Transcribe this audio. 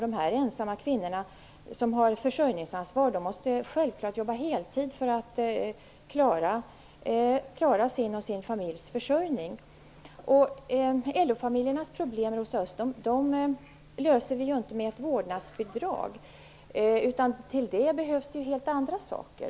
De ensamma kvinnor som har försörjningsansvar måste självklart jobba heltid för att klara sin och sin familjs försörjning. LO-familjernas problem, Rosa Östh, löser vi inte med ett vårdnadsbidrag. Till det behövs helt andra saker.